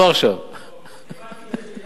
על כל פנים,